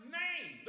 name